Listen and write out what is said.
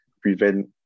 prevent